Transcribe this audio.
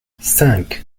cinq